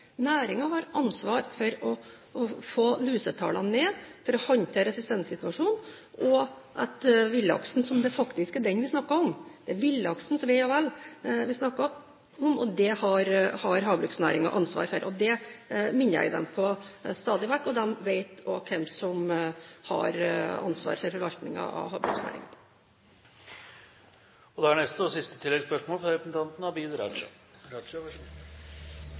har ansvar for å få lusetallene ned, for å håndtere resistenssituasjonen og villaksens ve og vel – det er den vi snakker om. Dette har havbruksnæringen ansvar for, og det minner jeg dem på stadig vekk. De vet også hvem som har ansvar for forvaltningen av havbruksnæringen. Abid Q. Raja – til siste oppfølgingsspørsmål. Det er en meget alvorlig resistensutvikling hos lakselus i anleggene, og